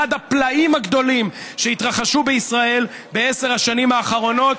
הפלאים הגדולים שהתרחשו בישראל בעשר השנים האחרונות,